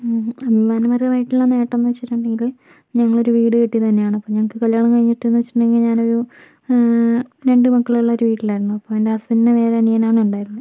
മ് അഭിമാനപരമായിട്ടുള്ള നേട്ടം എന്നു വെച്ചിട്ടുണ്ടെങ്കില് ഞങ്ങൾ ഒരു വീട് കെട്ടിയത് തന്നെയാണ് അപ്പോൾ ഞങ്ങൾക്ക് കല്യാണം കഴിഞ്ഞിട്ടെന്ന് വെച്ചിട്ടുണ്ടെങ്കിൽ ഞാനൊരു രണ്ടു മക്കളുള്ള ഒരു വീട്ടിലായിരുന്നു അപ്പോൾ എൻ്റെ ഹസ്ബന്റിന് നേരെ ഒരു അനിയനാണ് ഉണ്ടായിരുന്നത്